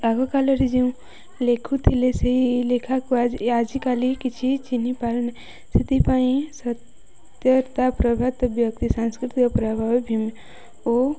ଆଗକାଳରେ ଯେଉଁ ଲେଖୁଥିଲେ ସେଇ ଲେଖାକୁ ଆଜିକାଲି କିଛି ଚିହ୍ନି ପାରୁନି ସେଥିପାଇଁ ସତ୍ୟତା ବ୍ୟକ୍ତି ସାଂସ୍କୃତିକ ଭୀମ ଓ